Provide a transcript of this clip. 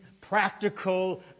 practical